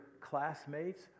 classmates